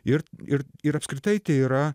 ir ir ir apskritai tai yra